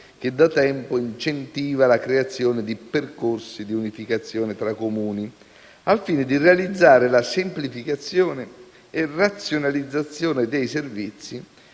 che da tempo incentiva la creazione di percorsi di unificazione tra Comuni, al fine di realizzare la semplificazione e razionalizzazione dei servizi